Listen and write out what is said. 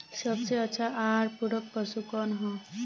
सबसे अच्छा आहार पूरक पशु कौन ह?